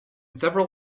several